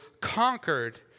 conquered